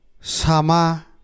sama